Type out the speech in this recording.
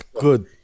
good